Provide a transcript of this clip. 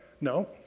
No